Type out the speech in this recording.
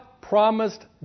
promised